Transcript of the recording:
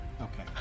Okay